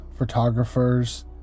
Photographers